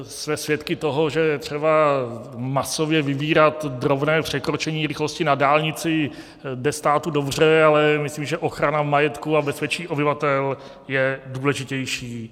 Protože jsme svědky toho, že třeba masově vybírat drobné překročení rychlosti na dálnici jde státu dobře, ale myslím, že ochrana majetku a bezpečí obyvatel je důležitější.